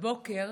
הבוקר,